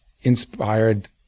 inspired